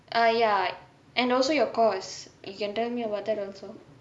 err ya and also your course you can tell me about that also